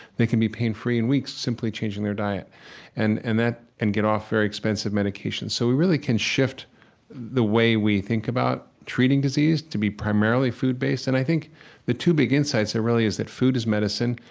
they can be pain-free in weeks simply changing their diet and and that and get off very expensive medications. so we really can shift the way we think about treating disease to be primarily food based, and i think the two big insights, really, is that food is medicine,